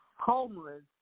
homeless